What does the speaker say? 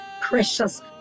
precious